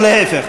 או להפך.